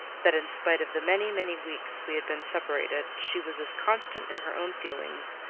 that in spite of the many, many weeks we had been separated, she was as constant in her own feelings,